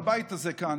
בבית הזה כאן,